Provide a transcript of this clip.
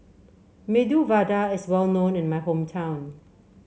Medu Vada is well known in my hometown